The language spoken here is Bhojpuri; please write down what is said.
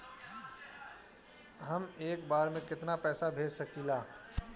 हम एक बार में केतना पैसा भेज सकिला?